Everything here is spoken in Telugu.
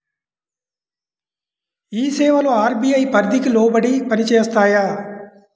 ఈ సేవలు అర్.బీ.ఐ పరిధికి లోబడి పని చేస్తాయా?